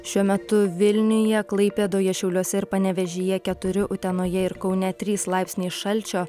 šiuo metu vilniuje klaipėdoje šiauliuose ir panevėžyje keturi utenoje ir kaune trys laipsniai šalčio